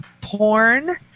porn